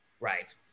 right